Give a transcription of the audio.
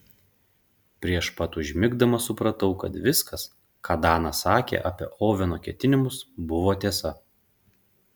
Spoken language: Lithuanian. prieš pat užmigdamas supratau kad viskas ką danas sakė apie oveno ketinimus buvo tiesa